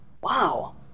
Wow